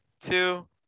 two